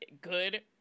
good